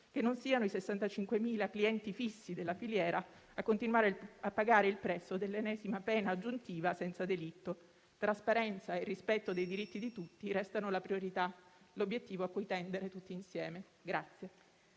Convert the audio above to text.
che non siano i 65.000 clienti fissi della filiera a continuare a pagare il prezzo dell'ennesima pena aggiuntiva senza delitto. Trasparenza e rispetto dei diritti di tutti restano la priorità, l'obiettivo a cui tendere tutti insieme.